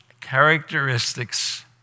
characteristics